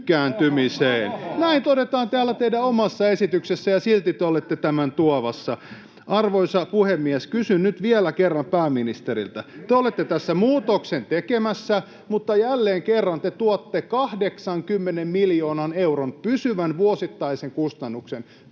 Näin todetaan täällä teidän omassa esityksessänne, ja silti te olette tämän tuomassa. Arvoisa puhemies! Kysyn nyt vielä kerran pääministeriltä: Te olette tässä muutoksen tekemässä, mutta jälleen kerran te tuotte 80 miljoonan euron pysyvän vuosittaisen kustannuksen,